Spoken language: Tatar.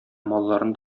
малларын